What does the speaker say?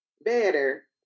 Better